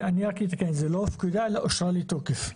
זה לא הופקדה, אלא אושרה לתוקף.